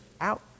out